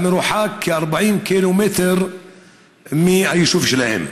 המרוחק כ-40 ק"מ מהיישוב שלהם.